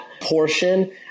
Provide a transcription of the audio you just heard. portion